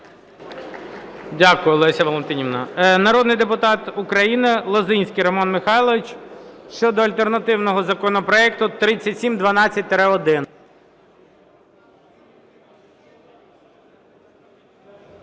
Дякую, Леся Валентинівна. Народний депутат України Лозинський Роман Михайлович щодо альтернативного законопроекту 3712-1.